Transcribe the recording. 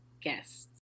guests